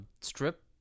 strip